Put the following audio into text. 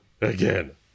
Again